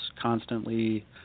constantly